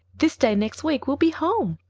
this day next week we'll be home.